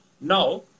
Now